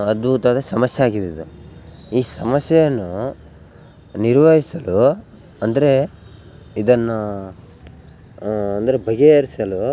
ಅದು ಒಂಥರ ಸಮಸ್ಯೆ ಆಗಿದೆ ಇದು ಈ ಸಮಸ್ಯೆಯನ್ನು ನಿರ್ವಹಿಸಲು ಅಂದರೆ ಇದನ್ನು ಅಂದರೆ ಬಗೆಹರಿಸಲು